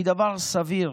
היא דבר סביר,